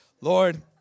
Lord